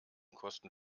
kosten